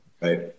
Right